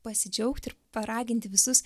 pasidžiaugt ir paraginti visus